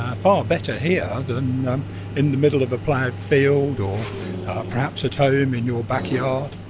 ah far better here than um in the middle of a ploughed field or perhaps at home in your backyard.